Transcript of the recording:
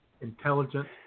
intelligent